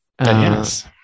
yes